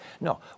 No